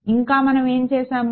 ఇంకా మనం ఏం చేశాం